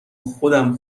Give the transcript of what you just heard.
خودم